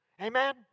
Amen